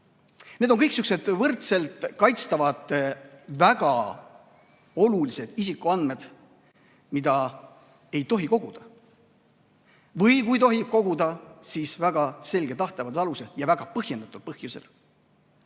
Need on kõik võrdselt kaitstavad väga olulised isikuandmed, mida ei tohi koguda. Või kui tohib koguda, siis väga selge tahteavalduse alusel ja väga põhjendatud põhjusel.